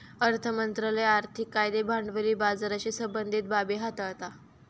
अर्थ मंत्रालय आर्थिक कायदे भांडवली बाजाराशी संबंधीत बाबी हाताळता